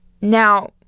Now